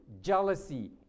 jealousy